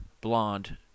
blonde